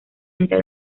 entre